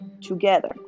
together